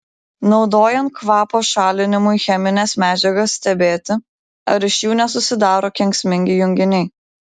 naudojant kvapo šalinimui chemines medžiagas stebėti ar iš jų nesusidaro kenksmingi junginiai